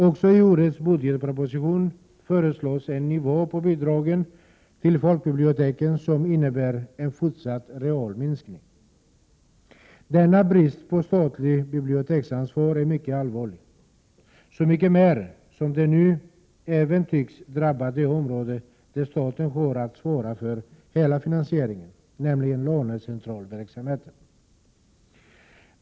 Också i årets budgetproposition föreslås en nivå på bidragen till folkbiblioteken som innebär en fortsatt realminskning. Denna brist på statligt biblioteksansvar är så mycket mer allvarlig som den nu tycks drabba även det område där staten har att svara för hela finansieringen, nämligen lånecentralsverksamheten.